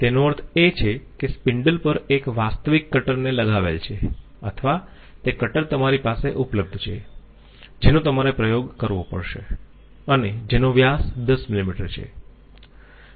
તેનો અર્થ એ છે કે સ્પિન્ડલ પર એક વાસ્તવિક કટરને લગાવેલ છે અથવા તે કટર તમારી પાસે ઉપલબ્ધ છે જેનો તમારે ઉપયોગ કરવો પડશે અને જેનો વ્યાસ 10 મિલીમીટર છે